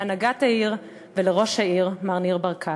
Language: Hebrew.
להנהגת העיר ולראש העיר מר ניר ברקת.